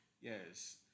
yes